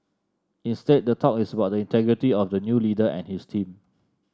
instead the talk is about the integrity of the new leader and his team